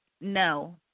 No